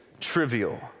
trivial